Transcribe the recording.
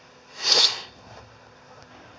arvoisa puhemies